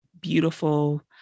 beautiful